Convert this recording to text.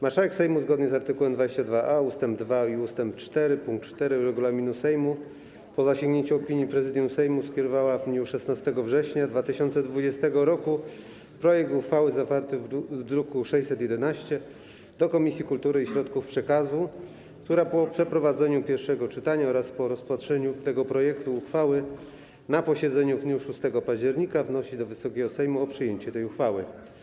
Marszałek Sejmu, zgodnie z art. 22a ust. 2 i ust. 4 pkt 4 regulaminu Sejmu, po zasięgnięciu opinii Prezydium Sejmu, skierowała w dniu 16 września 2020 r. projekt uchwały zawarty w druku nr 611 do Komisji Kultury i Środków Przekazu, która po przeprowadzeniu pierwszego czytania oraz po rozpatrzeniu tego projektu uchwały na posiedzeniu w dniu 6 października wnosi do Wysokiego Sejmu o przyjęcie tej uchwały.